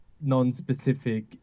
non-specific